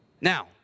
Now